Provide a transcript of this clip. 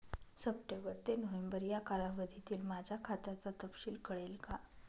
September ते November या कालावधीतील माझ्या खात्याचा तपशील कळेल का?